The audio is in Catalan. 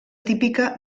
típica